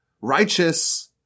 righteous